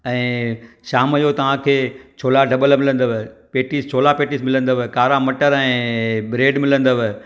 ऐं शाम जो तव्हांखे छोला ढबल मिलंदव पेटिस छोला पेटिस मिलंदव कारा मटर ऐं ब्रेड मिलंदव